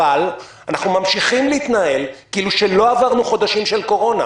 אנחנו ממשיכים להתנהל כאילו לא עברנו חודשים של קורונה.